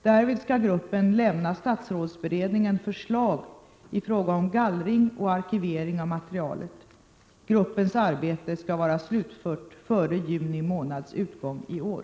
Därvid skall gruppen lämna statsrådsberedningen förslag i fråga om gallring och arkivering av materialet. Gruppens arbete skall vara slutfört före juni månads utgång i år.